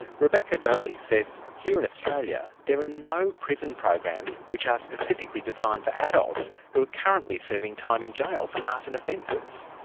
rebekah doley says here in australia there are no prison programs which are specifically designed for adults who are currently serving time in jail for arson offences.